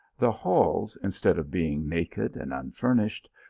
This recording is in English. the halls, instead of being naked and unfurnished,